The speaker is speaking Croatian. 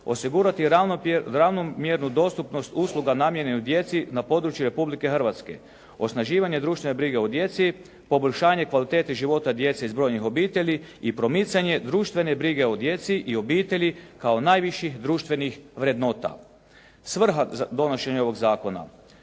Osigurati ravnomjernu dostupnost usluga namijenjenog djeci na području Republike Hrvatske, osnaživanje društvene brige o djeci, poboljšanje kvalitete života djece iz brojnih obitelji i promicanje društvene brige o djeci i obitelji kao najviših društvenih vrednota. Svrha donošenja ovog zakona.